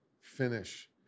finish